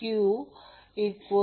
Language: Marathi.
तर असे लिहू शकतो